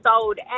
old